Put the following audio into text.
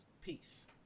Peace